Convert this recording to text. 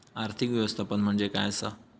आर्थिक व्यवस्थापन म्हणजे काय असा?